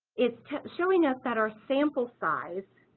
it's showing up that our sample size